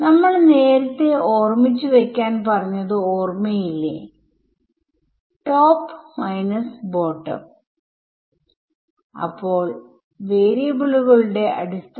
ഇക്വേഷനിൽ നിന്ന് ഇത് കണ്ടു പിടിക്കാൻ ശ്രമിക്കുന്നതിന് പകരം നമ്മൾ ഒരു ട്രയൽ ഫോം ഊഹിക്കുകയും അത് ഇക്വേഷൻ ലേക്ക് തള്ളിക്കയറ്റുകയും ചെയ്യുന്നു